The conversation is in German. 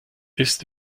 ist